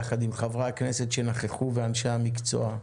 יחד עם חברי הכנסת שנכחו ואנשי המקצוע.